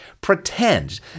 Pretend